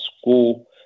school